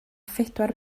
phedwar